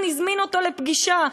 הזמין אותו לפגישה,